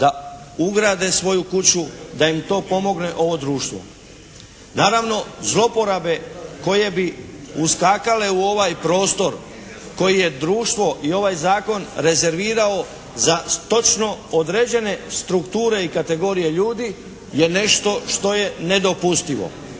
da ugrade svoju kuću, da im to pomogne ovo društvo. Naravno zloporabe koje bi uskakale u ovaj prostor koji je društvo i ovaj Zakon rezervirao za točno određene strukture i kategorije ljudi je nešto što je nedopustivo.